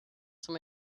some